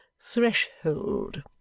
threshold